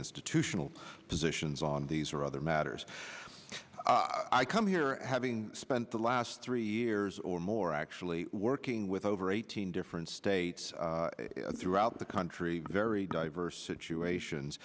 institution positions on these or other matters i come here having spent the last three years or more actually working with over eighteen different states throughout the country very diverse situations